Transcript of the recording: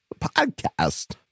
podcast